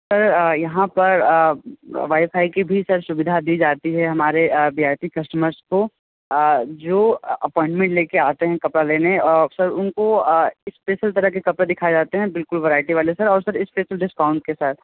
sir यहाँ पर wifi की भी सर सुविधा दी जाती है हमारे वी आइ पी कस्टमर्स को जो अपॉइंटमेंट लेके आते है कपड़ा लेने सर उनको स्पेशल तरह के कपड़े दिखाए जाते हैं बिलकुल वराइटी वाले सर और सर स्पेशल डिस्काउंट के साथ